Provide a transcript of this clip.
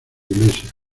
iglesia